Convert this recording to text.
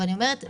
ואני אומרת,